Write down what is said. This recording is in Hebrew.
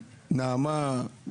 נעמה,